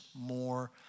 more